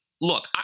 look